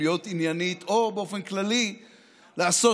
להיות עניינית או באופן כללי לעשות